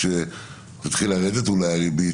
כשתתחיל לרדת הריבית